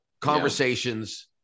conversations